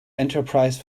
enterprise